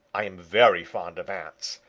i am very fond of ants.